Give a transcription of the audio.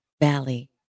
valley